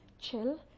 chill